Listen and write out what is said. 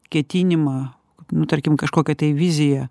ketinimą nu tarkim kažkokią tai viziją